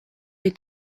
est